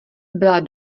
byla